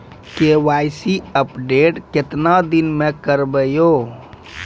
KYC update केतना दिन मे करेबे यो?